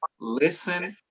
Listen